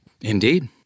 Indeed